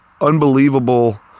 unbelievable